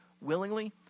willingly